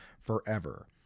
forever